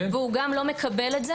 והוא גם לא מקבל את זה